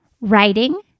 Writing